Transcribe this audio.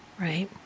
right